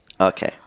Okay